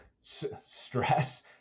stress